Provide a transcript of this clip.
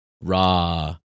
raw